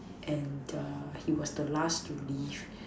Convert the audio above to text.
and the he was the last to leave